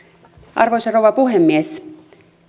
arvoisa rouva puhemies